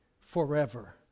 forever